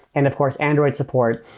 and of course, android support.